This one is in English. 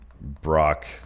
Brock